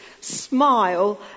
smile